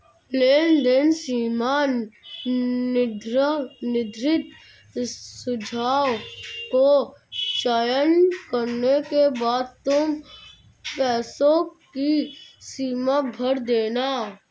लेनदेन सीमा निर्धारित सुझाव को चयन करने के बाद तुम पैसों की सीमा भर देना